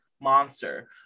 monster